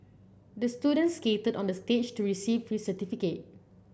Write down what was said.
the student skated onto the stage to receive his certificate